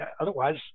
Otherwise